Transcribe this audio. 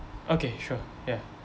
okay sure yeah